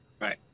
Right